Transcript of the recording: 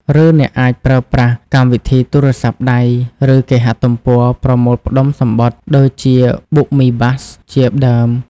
ឬអ្នកអាចប្រើប្រាស់ កម្មវិធីទូរស័ព្ទដៃ ឬគេហទំព័រប្រមូលផ្តុំសំបុត្រ ដូចជាប៊ុកមីបាស៍ ជាដើម។